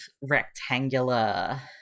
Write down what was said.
rectangular